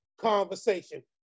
conversation